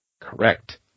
Correct